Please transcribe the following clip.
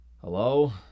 Hello